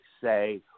Say